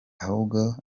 ahubwo